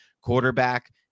quarterback